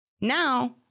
Now